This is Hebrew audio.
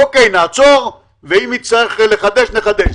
אוקיי, נעצור, ואם נצטרך לחדש נחדש.